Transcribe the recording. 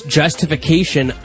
justification